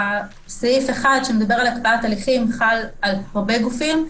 סעיף 1 מדבר על הקפאת הליכים והוא חל על הרבה גופים,